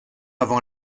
avant